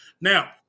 Now